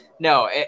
No